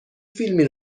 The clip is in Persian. فیلمی